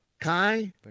Kai